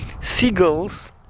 seagulls